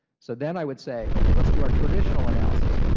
so then i would say, okay, let's do our traditional analysis.